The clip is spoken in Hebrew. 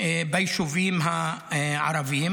ביישובים הערביים.